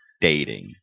dating